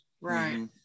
right